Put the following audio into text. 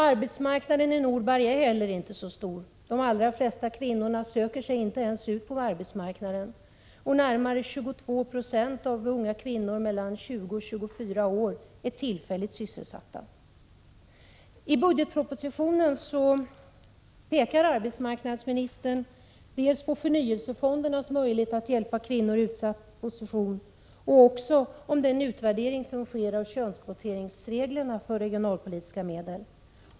Arbetsmarknaden i Norberg är heller inte så stor. De allra flesta kvinnorna söker sig inte ens ut på arbetsmarknaden och närmare 22 96 av unga kvinnor mellan 20 och 24 år är tillfälligt sysselsatta. I budgetpropositionen pekar arbetsmarknadsministern dels på möjligheterna att med förnyelsefonderna hjälpa kvinnor i utsatta positioner, dels på utvärdering som sker av könskvoteringsreglerna för regionalpolitiska medel.